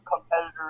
competitors